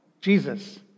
Jesus